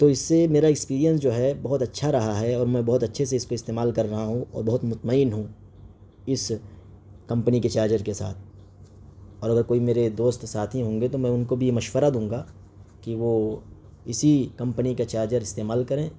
تو اس سے میرا اکسپیریئنس جو ہے بہت اچّھا رہا ہے اور میں بہت اچّھے سے اس کو استعمال کر رہا ہوں اور بہت مطمئن ہوں اس کمپنی کے چارجر کے ساتھ اور اگر کوئی میرے دوست ساتھی ہوں گے تو میں ان کو بھی یہ مشورہ دوں گا کہ وہ اسی کمپنی کا چارجر استعمال کریں